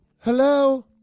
hello